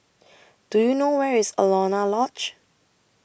Do YOU know Where IS Alaunia Lodge